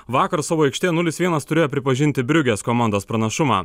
vakar savo aikštėje nulis vienas turėjo pripažinti briugės komandos pranašumą